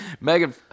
Megan